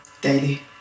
daily